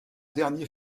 dernier